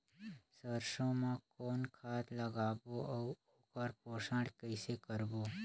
सरसो मा कौन खाद लगाबो अउ ओकर पोषण कइसे करबो?